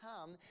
come